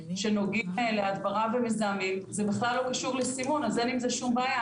שנוגעים להדברה ומזהמים זה בכלל לא קשור לסימון אז אין עם זה שום בעיה,